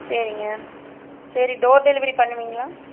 சரிங்க சரி door delivery பண்ணுவீங்களா